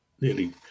nearly